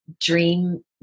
dream